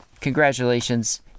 Congratulations